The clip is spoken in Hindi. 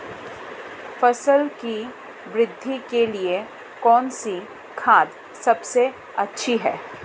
फसल की वृद्धि के लिए कौनसी खाद सबसे अच्छी है?